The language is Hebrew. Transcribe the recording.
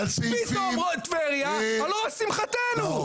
פתאום טבריה על ראש שמחתנו.